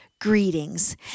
Greetings